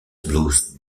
blues